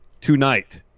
tonight